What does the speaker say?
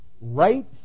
right